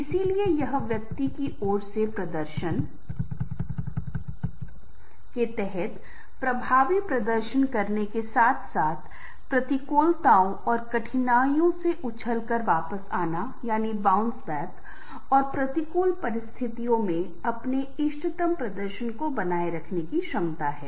इसलिए यह व्यक्ति की ओर से प्रदर्शन के तहत प्रभावी प्रदर्शन करने के साथ साथ प्रतिकूलताओं और कठिनाइयों से उछलकर वापस आना और प्रतिकूल परिस्थितियों में अपने इष्टतम प्रदर्शन को बनाए रखने की क्षमता है